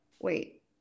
Wait